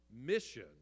mission